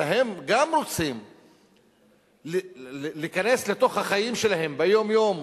אלא הם גם רוצים להיכנס לתוך החיים שלהם ביום-יום,